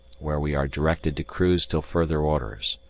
where we are directed to cruise till further orders.